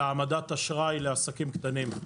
לגבי העמדת אשראי לעסקים קטנים.